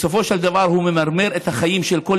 בסופו של דבר הוא ממרר את החיים של כל